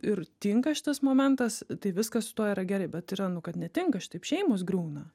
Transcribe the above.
ir tinka šitas momentas tai viskas su tuo yra gerai bet yra nu kad netinka šitaip šeimos griūna